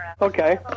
Okay